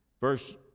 verse